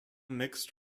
mixed